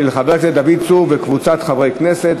של חבר הכנסת דוד צור וקבוצת חברי הכנסת.